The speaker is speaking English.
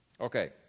Okay